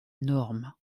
norme